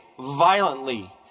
violently